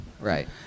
Right